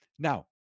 Now